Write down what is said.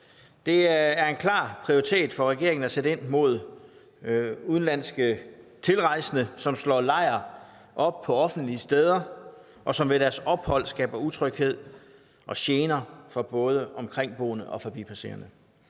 Det er en klar prioritet for regeringen at sætte ind mod udenlandske tilrejsende, som slår lejr på offentlige steder, og som ved deres ophold skaber utryghed og gener for både omkringboende og forbipasserende.